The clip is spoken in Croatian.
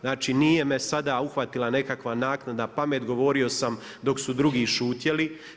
Znači nije me sada uhvatila nekakva naknadna pamet, govorio sam dok su drugi šutjeli.